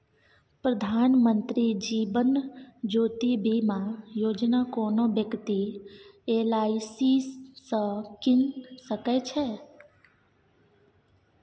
प्रधानमंत्री जीबन ज्योती बीमा योजना कोनो बेकती एल.आइ.सी सँ कीन सकै छै